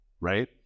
Right